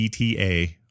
ETA